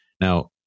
Now